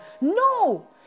no